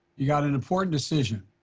you've got an important decision,